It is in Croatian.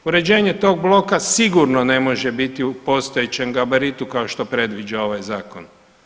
Uređenje tog bloka sigurno ne može biti u postojećem gabaritu kao što predviđa ovaj Zakona.